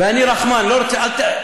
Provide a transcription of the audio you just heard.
אני רחמן, לא רוצה.